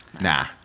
Nah